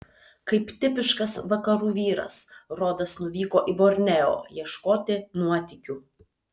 kaip tipiškas vakarų vyras rodas nuvyko į borneo ieškoti nuotykių